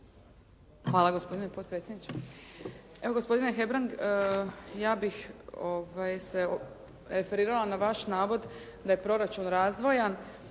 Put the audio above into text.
Hvala gospodine potpredsjedniče. Evo gospodine Hebrang ja bih se referirala na vaš navod da je proračun razvojan.